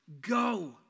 go